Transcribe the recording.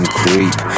creep